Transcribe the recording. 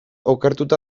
okertuta